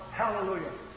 hallelujah